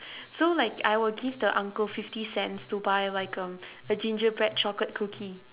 so like I will give the uncle fifty cents to buy like um a gingerbread chocolate cookie